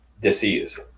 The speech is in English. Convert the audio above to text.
disease